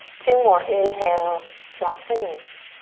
two more. inhale, drop the knees.